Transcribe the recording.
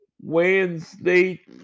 Wednesday